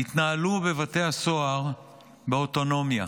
התנהלו בבתי הסוהר באוטונומיה.